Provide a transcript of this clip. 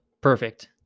perfect